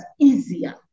easier